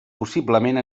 possiblement